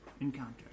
encounter